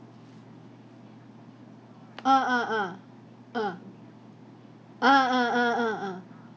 ah ah ah ah ah ah ah ah ah